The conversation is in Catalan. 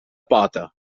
pota